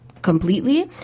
completely